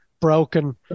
broken